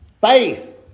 Faith